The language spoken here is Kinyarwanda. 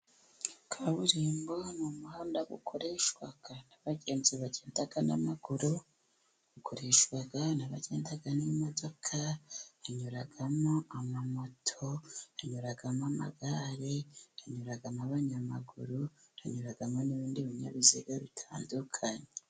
Kaburimbo ni umuhanda ukoreshwa n'abagenzi bagenda n'amaguru, ukoreshwa n'abagenda n'imodoka, inyuramo amamoto, inyuramo amagare, inyuramo abanyamaguru, inyuramo n'ibindi binyabiziga bitandukanye.